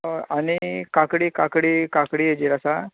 हय आनी काकडी काकडी काकडी हेजेर आसा